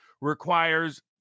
requires